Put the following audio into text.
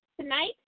tonight